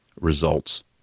results